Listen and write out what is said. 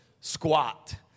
squat